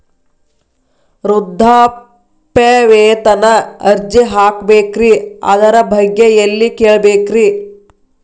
ವೃದ್ಧಾಪ್ಯವೇತನ ಅರ್ಜಿ ಹಾಕಬೇಕ್ರಿ ಅದರ ಬಗ್ಗೆ ಎಲ್ಲಿ ಕೇಳಬೇಕ್ರಿ?